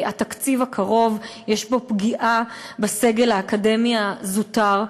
התקציב הקרוב, יש בו פגיעה בסגל האקדמי הזוטר.